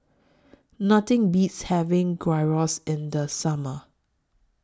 Nothing Beats having Gyros in The Summer